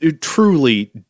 truly